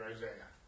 Isaiah